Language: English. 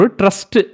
trust